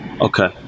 Okay